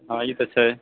हाँ ई तऽ छै